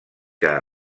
que